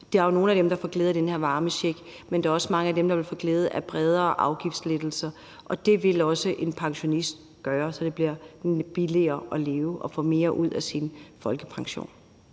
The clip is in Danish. der er nogle af dem, der får glæde af den her varmecheck, men der er også mange af dem, der vil få glæde af bredere afgiftslettelser, og det vil en pensionist også få, så det bliver billigere at leve, og så de får mere ud af deres folkepension.